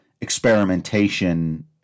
experimentation